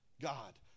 God